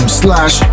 slash